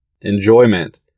enjoyment